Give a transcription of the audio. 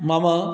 मम